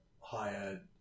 higher